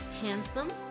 handsome